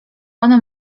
one